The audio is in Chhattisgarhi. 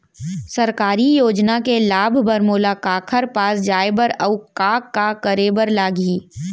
सरकारी योजना के लाभ बर मोला काखर पास जाए बर अऊ का का करे बर लागही?